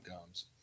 comes